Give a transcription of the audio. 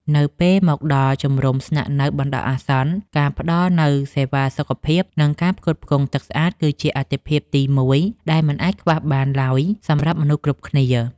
នៅពេលមកដល់ជំរំស្នាក់នៅបណ្តោះអាសន្ន ការផ្តល់នូវសេវាសុខភាព និងការផ្គត់ផ្គង់ទឹកស្អាត គឺជាអាទិភាពទីមួយដែលមិនអាចខ្វះបានឡើយសម្រាប់មនុស្សគ្រប់គ្នា។